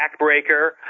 backbreaker